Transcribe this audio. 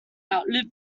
outlive